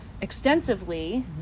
extensively